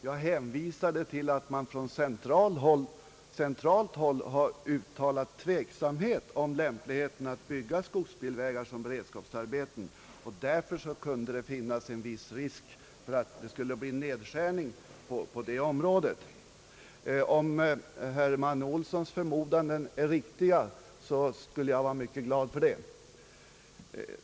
Jag hänvisade till att man från centralt håll har uttalat tveksamhet om lämpligheten att bygga skogsbilvägar som beredskapsarbeten och att det därför kunde finnas en viss risk för nedskärning på det området. Om herr Manne Olssons förmodande är riktigt, skulle jag vara mycket glad för det.